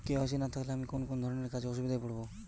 KYC না থাকলে আমি কোন কোন ধরনের কাজে অসুবিধায় পড়ব?